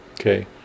Okay